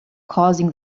causing